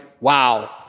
wow